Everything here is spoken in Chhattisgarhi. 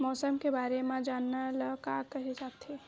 मौसम के बारे म जानना ल का कहे जाथे?